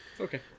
Okay